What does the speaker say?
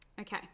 okay